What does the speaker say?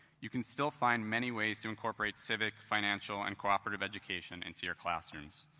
you can still find many ways to incorporate civic, financial, and cooperative education into your classroom.